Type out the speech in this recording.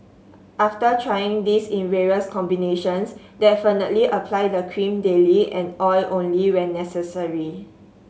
after trying this in various combinations definitely apply the cream daily and oil only when necessary